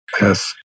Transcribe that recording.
Yes